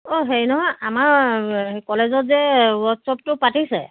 অঁ হেৰি নহয় আমাৰ কলেজত যে ৱৰ্কশ্বপটো পাতিছে